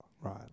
Right